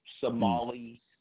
Somali